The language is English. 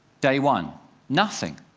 day one nothing.